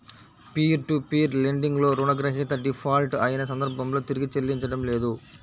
peer to peer lending లో రుణగ్రహీత default అయిన సందర్భంలో తిరిగి చెల్లించడం లేదు